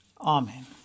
Amen